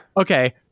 Okay